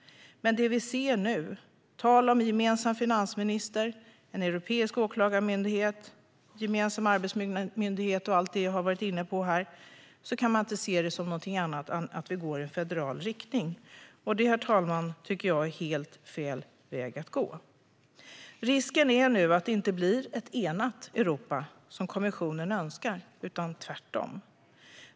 Men det vi ser nu - tal om en gemensam finansminister, en europeisk åklagarmyndighet, en gemensam arbetsmarknadsmyndighet och allt det jag har varit inne på - kan inte tolkas på annat sätt än att vi går i en federal riktning. Det, herr talman, tycker jag är helt fel väg att gå. Risken är nu att det inte blir ett enat Europa, som kommissionen önskar, utan tvärtom.